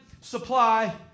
supply